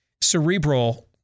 Cerebral